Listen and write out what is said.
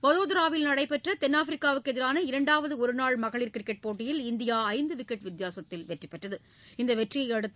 வதோதராவில் நடைபெற்றதென்னாப்பிரிக்காகவுக்குஎதிரான இரண்டாவதுஒருநாள் மகளிர் கிரிக்கெட் போட்டியில் இந்தியாஐந்துவிக்கெட் வித்தியாசத்தில் வெற்றிபெற்றது இந்தவெற்றியைஅடுத்து